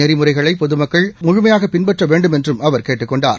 நெறிமுறைகளை பொதுமக்கள் முழுமையாக பின்பற்ற வேண்டுமென்றும் அவர் சேட்டுக் அரசின் கொண்டுள்ளார்